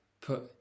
put